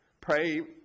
Pray